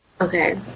Okay